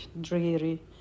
dreary